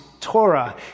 Torah